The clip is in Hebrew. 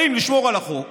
אם לשמור על החוק